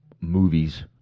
movies